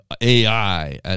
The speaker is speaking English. AI